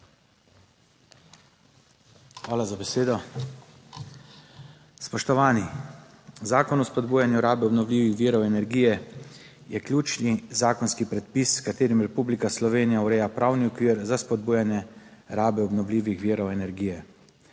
Hvala za besedo. Spoštovani! Zakon o spodbujanju rabe obnovljivih virov energije je ključni zakonski predpis s katerim Republika Slovenija ureja pravni okvir za spodbujanje rabe obnovljivih virov energije.